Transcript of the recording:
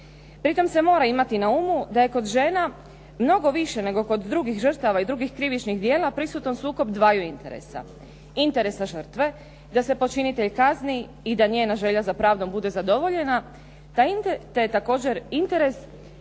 Pritom se mora imati na umu da je kod žena mnogo više nego kod drugih žrtava i drugih krivičnih djela prisutan sukob dvaju interesa, interesa žrtve da se počinitelj kazni i da njena želja za pravdom bude zadovoljena, te također interes